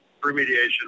remediation